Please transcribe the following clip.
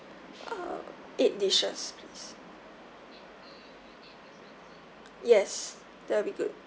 uh eight dishes please yes that'll be good